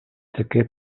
таке